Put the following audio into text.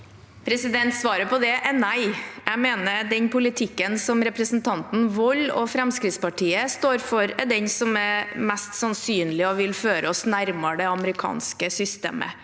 Svaret på det er nei. Jeg mener den politikken som representanten Wold og Fremskrittspartiet står for, er den som mest sannsynlig ville føre oss nærmere det amerikanske systemet.